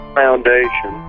foundation